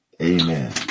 Amen